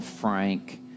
frank